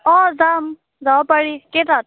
অ যাম যাব পাৰি কেইটাত